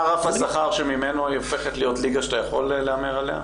מה רף השכר שממנו היא הופכת להיות ליגה שאתה יכול להמר עליה?